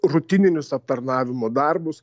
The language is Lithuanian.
rutininius aptarnavimo darbus